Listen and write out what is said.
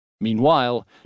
Meanwhile